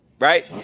right